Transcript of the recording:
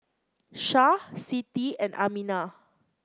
Syah Siti and Aminah